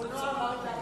תודה רבה.